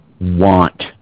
want